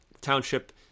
township